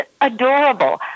adorable